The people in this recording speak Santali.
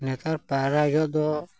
ᱱᱮᱛᱟᱨ ᱯᱟᱭᱨᱟ ᱡᱚᱠᱷᱮᱡ ᱫᱚ